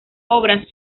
obras